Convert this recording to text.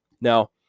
now